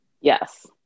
yes